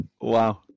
wow